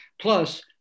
plus